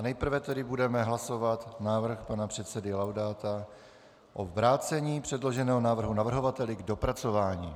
Nejprve budeme hlasovat návrh pana předsedy Laudát o vrácení předloženého návrhu navrhovateli k dopracování.